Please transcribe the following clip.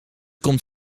komt